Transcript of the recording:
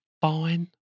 fine